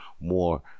more